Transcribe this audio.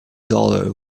dollar